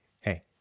hey